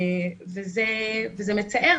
זה מצער,